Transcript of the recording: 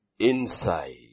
Inside